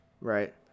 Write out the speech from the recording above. right